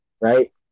Right